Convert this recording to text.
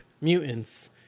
mutants